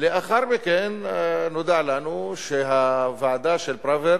לאחר מכן נודע לנו שהוועדה של פראוור